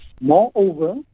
Moreover